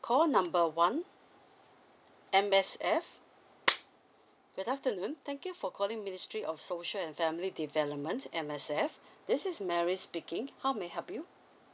call number one M_S_F good afternoon thank you for calling ministry of social and family development M_S_F this is mary speaking how may I help you